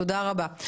תודה רבה.